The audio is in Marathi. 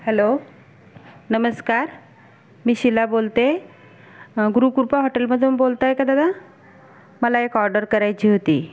हॅलो नमस्कार मी शीला बोलते गुरुकृपा हॉटेलमधून बोलताय का दादा मला एक ऑर्डर करायची होती